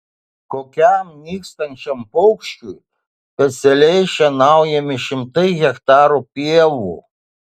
kokiam nykstančiam paukščiui specialiai šienaujami šimtai hektarų pievų